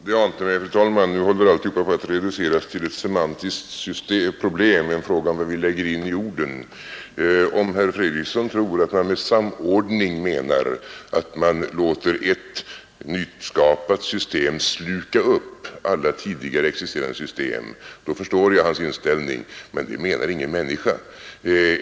Fru talman! Det ante mig — nu håller alltihop på att reduceras till ett semantiskt problem, en fråga om vad vi lägger in i orden. Om herr Fredriksson tror att man med ”samordning” avser att låta ett nyskapat system sluka upp alla tidigare existerande system, förstår jag hans inställning. Men det menar ingen människa!